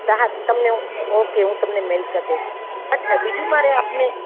હા તમને હું તો ઓકે તો હું તમને મેઈલ કરી દઇશ અચ્છા બીજું મારે આપને